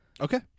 Okay